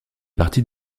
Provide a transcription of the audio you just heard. partie